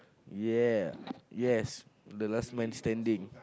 ya yes the last man standing